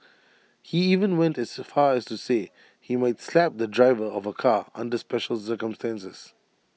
he even went as far as to say he might slap the driver of A car under special circumstances